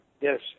Yes